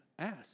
ask